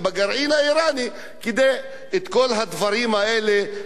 כדי שאת כל הדברים האלה ישימו בצד.